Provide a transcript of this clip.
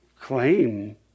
claim